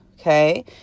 okay